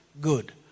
Good